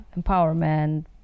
empowerment